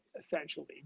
essentially